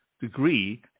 degree